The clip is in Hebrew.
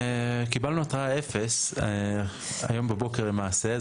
קיבלנו התראה אפס היום בבוקר למעשה,